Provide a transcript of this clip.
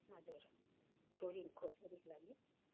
हजुर छोरीको छोरीको लागि